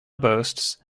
boasts